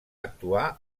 actuar